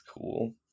cool